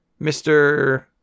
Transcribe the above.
Mr